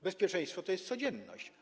Bezpieczeństwo to jest codzienność.